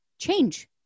change